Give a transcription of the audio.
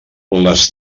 les